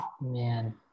Man